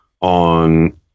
on